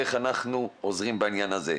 איך אנחנו עוזרים בעניין הזה.